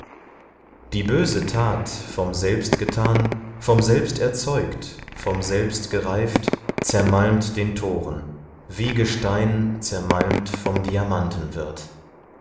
die böse tat vom selbst getan vom selbst erzeugt vom selbst gereift zermalmt den toren wie gestein zermalmt vom